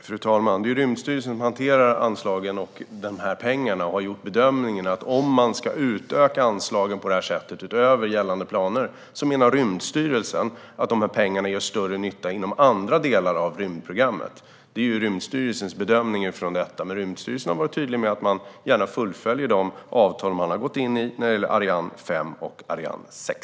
Fru talman! Rymdstyrelsen, som hanterar anslagen och dessa pengar, menar att om man ska utöka anslagen utöver gällande planer gör pengarna större nytta inom andra delar av rymdprogrammet. Det är Rymdstyrelsens bedömning, men man har varit tydlig med att man gärna fullföljer de avtal man har ingått när det gäller Ariane 5 och 6.